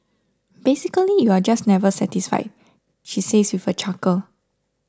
basically you're just never satisfied she says with a chuckle